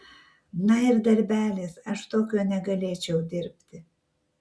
na ir darbelis aš tokio negalėčiau dirbti